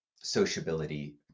sociability